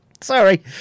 Sorry